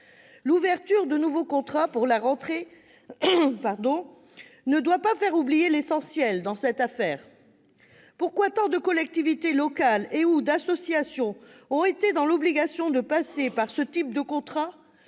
L'ouverture de nouveaux contrats pour la rentrée ne doit pas faire oublier l'essentiel dans cette affaire. Pourquoi tant de collectivités locales et/ou d'associations se voient-elles dans l'obligation de passer par ce type de contrats